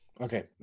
Okay